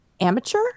amateur